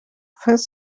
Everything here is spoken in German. falls